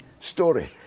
story